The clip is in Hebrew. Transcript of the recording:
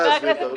חבר הכנסת ביטן,